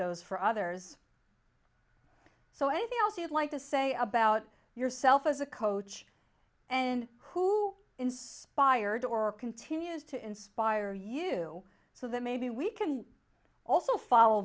those for others so anything else you'd like to say about yourself as a coach and who inspired or continues to inspire you so that maybe we can also follow